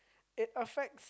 it affects